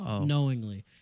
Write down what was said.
knowingly